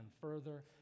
further